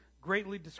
greatly